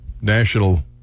national